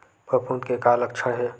फफूंद के का लक्षण हे?